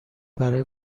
برا